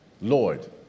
Lord